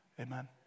Amen